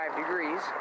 degrees